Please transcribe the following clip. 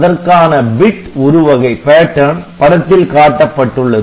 அதற்கான பிட் உரு வகை படத்தில் காட்டப்பட்டுள்ளது